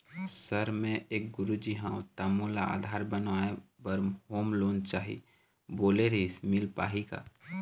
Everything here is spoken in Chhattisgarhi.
सर मे एक गुरुजी हंव ता मोला आधार बनाए बर होम लोन चाही बोले रीहिस मील पाही का?